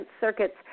circuits